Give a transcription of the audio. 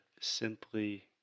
simply